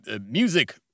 music